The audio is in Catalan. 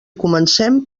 comencem